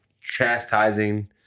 chastising